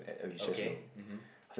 okay mmhmm